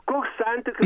koks santyki